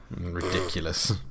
Ridiculous